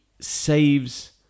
saves